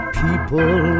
people